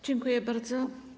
Dziękuję bardzo.